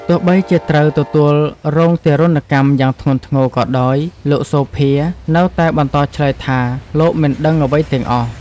ទោះបីជាត្រូវទទួលរងទារុណកម្មយ៉ាងធ្ងន់ធ្ងរក៏ដោយ លោក សូភា នៅតែបន្តឆ្លើយថា លោកមិនដឹងអ្វីទាំងអស់។